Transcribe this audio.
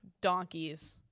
donkeys